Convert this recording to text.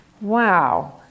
Wow